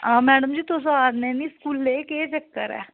madam ji तुस आने नीं स्कूले केह् चक्कर ऐ